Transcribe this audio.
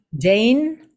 Jane